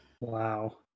Wow